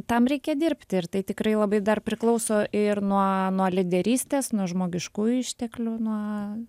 tam reikia dirbti ir tai tikrai labai dar priklauso ir nuo nuo lyderystės nuo žmogiškųjų išteklių nuo